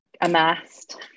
amassed